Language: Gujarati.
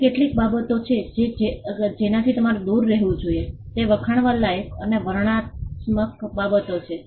હવે કેટલીક બાબતો છે કે જેનાથી તમારે દૂર રહેવું જોઈએ તે વખાણવા લાયક અને વર્ણનાત્મક બાબતો છે